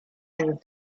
and